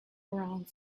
around